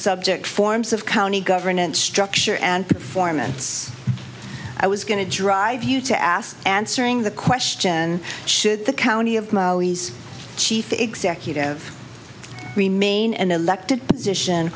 subject forms of county governance structure and performance i was going to drive you to ask answering the question should the county of molly's chief executive remain an elected position